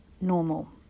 normal